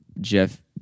jeff